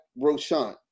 Roshan